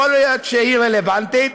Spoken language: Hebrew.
יכול להיות שהיא רלוונטית,